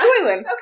Okay